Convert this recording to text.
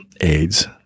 AIDS